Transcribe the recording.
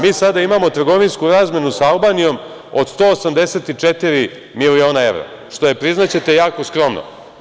Mi sada imamo trgovinsku ramenu sa Albanijom od 184 miliona evra. što je, priznaćete, jako skromno.